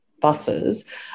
buses